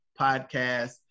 podcast